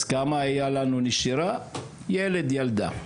אז כמה היה לנו נשירה, ילד, ילדה.